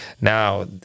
Now